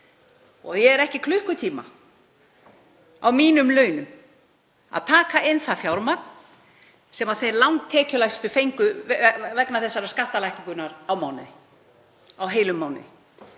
og ég er ekki klukkutíma, á mínum launum, að taka inn það fjármagn sem þeir langtekjulægstu fengu á mánuði vegna þessarar skattalækkunar, á heilum mánuði.